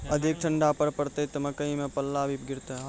अधिक ठंड पर पड़तैत मकई मां पल्ला भी गिरते?